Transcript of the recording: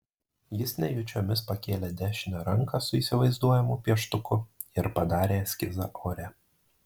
jis nejučiomis pakėlė dešinę ranką su įsivaizduojamu pieštuku ir padarė eskizą ore